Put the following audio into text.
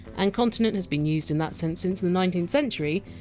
and! continent! has been used in that sense since the nineteenth century,